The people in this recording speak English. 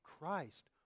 Christ